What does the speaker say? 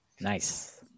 Nice